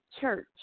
church